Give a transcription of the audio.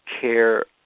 care